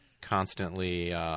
constantly –